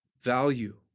value